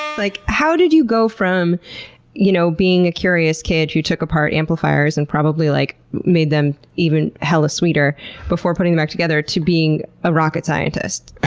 like, how did you go from you know being a curious kid who took apart amplifiers and probably like made them even hella sweeter before putting them back together to being a rocket scientist?